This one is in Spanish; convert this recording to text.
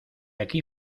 aquí